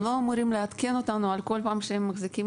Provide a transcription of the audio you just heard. הם לא אמורים לעדכן אותנו על כל פעם שהם מחזיקים